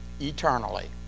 eternally